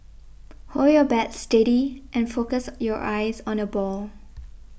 hold your bat steady and focus your eyes on the ball